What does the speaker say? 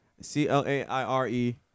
C-L-A-I-R-E